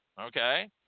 Okay